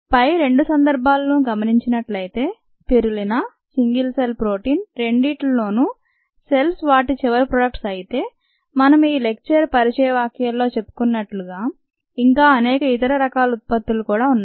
పై రెండు సందర్భాలను గమనించినట్లయితే స్పిరులినా సింగిల్ సెల్ ప్రోటీన్ రెండింట్లోనూ సెల్సె వాటి చివరి ప్రోడక్ట్స్ అయితే మనం ఈ లెక్చర్ పరిచయ వాఖ్యాల్లో చెప్పుకున్నట్లుగా ఇంకా అనేక ఇతర రకాల ఉత్పత్తులు కూడా ఉన్నాయి